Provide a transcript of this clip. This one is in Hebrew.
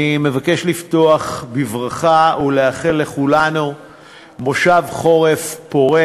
אני מבקש לפתוח בברכה ולאחל לכולנו מושב חורף פורה.